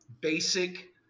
basic